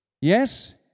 Yes